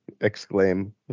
exclaim